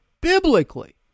biblically